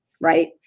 right